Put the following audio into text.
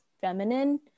feminine